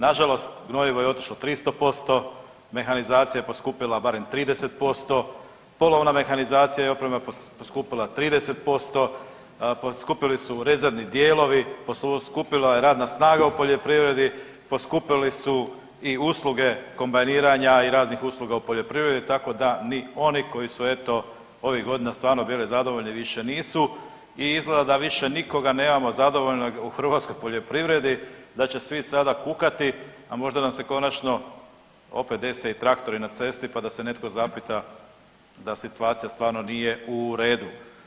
Nažalost, gnojivo je otišlo 300%, mehanizacija je skupila barem 30%, polovna mehanizacija i oprema poskupila 30%, poskupili su rezervni dijelovi, poskupila je radna snaga u poljoprivredi, poskupili su i usluge kombajniranja i raznih usluga u poljoprivredi tako da ni oni koji su eto ovih godina stvarno bili zadovoljni više nisu i izgleda da više nikoga nemamo zadovoljnog u hrvatskoj poljoprivredi, da će svi sada kukati, a možda nam se konačno opet dese i traktori na cesti pa da se netko zapita da situacija stvarno nije u redu.